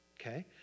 okay